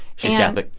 she's catholic?